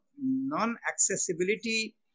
non-accessibility